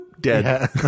Dead